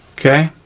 okay,